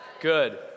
Good